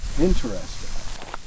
Interesting